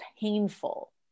painful